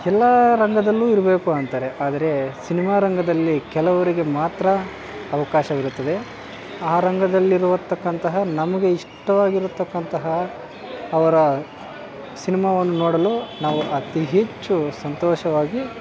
ಎಲ್ಲ ರಂಗದಲ್ಲೂ ಇರಬೇಕು ಅಂತಾರೆ ಆದರೆ ಸಿನಿಮಾ ರಂಗದಲ್ಲಿ ಕೆಲವರಿಗೆ ಮಾತ್ರ ಅವಕಾಶವಿರುತ್ತದೆ ಆ ರಂಗದಲ್ಲಿರುವತಕ್ಕಂತಹ ನಮಗೆ ಇಷ್ಟವಾಗಿರ್ತಕ್ಕಂತಹ ಅವರ ಸಿನಿಮಾವನ್ನು ನೋಡಲು ನಾವು ಅತಿ ಹೆಚ್ಚು ಸಂತೋಷವಾಗಿ